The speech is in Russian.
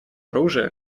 оружия